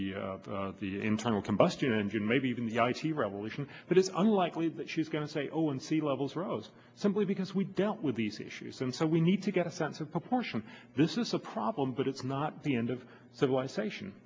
of the internal combustion engine maybe even the i t revolution but it's unlikely that she's going to say oh and sea levels rose simply because we dealt with these issues and so we need to get a sense of proportion this is a problem but it's not the end of civilization